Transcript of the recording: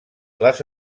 les